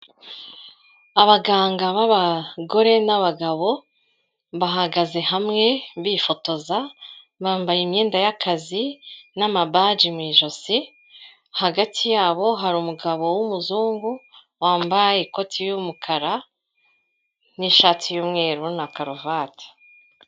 Abaganga b'abagore n'abagabo bahagaze hamwe bifotoza ,bambaye imyenda y'akazi n'amabaji mu ijosi, hagati hari umugabo w'umuzungu wambaye ikoti y'umukara n'ishati y'umweru na karuvati.